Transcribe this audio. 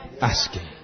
asking